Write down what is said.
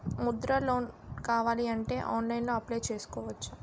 Mudra loan కావాలి అంటే ఆన్లైన్లో అప్లయ్ చేసుకోవచ్చా?